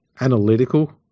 analytical